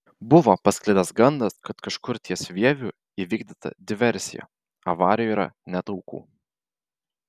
buvo pasklidęs gandas kad kažkur ties vieviu įvykdyta diversija avarijoje yra net aukų